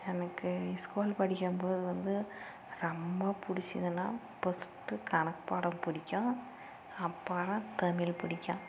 எனக்கு ஸ்கூல் படிக்கும் போது வந்து ரொம்ப பிடிச்சிதுன்னா ஃபஸ்ட்டு கணக்கு பாடம் பிடிக்கும் அப்புறம் தமிழ் பிடிக்கும்